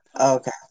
Okay